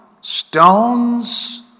stones